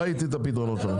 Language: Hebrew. ראיתי את הפתרונות שלך.